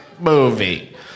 movie